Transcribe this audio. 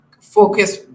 focus